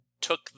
took